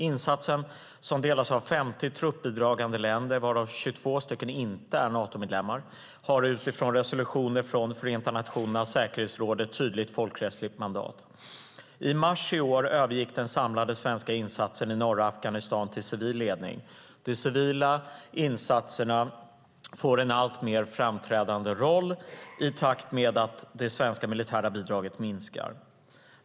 Insatsen, som delas av 50 truppbidragande länder, varav 22 inte är Natomedlemmar, har utifrån resolutioner från Förenta nationernas säkerhetsråd ett tydligt folkrättsligt mandat. I mars i år övergick den samlade svenska insatsen i norra Afghanistan till civil ledning. De civila insatserna får en alltmer framträdande roll i takt med att det svenska militära bidraget minskar.